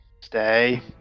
Stay